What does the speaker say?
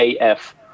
AF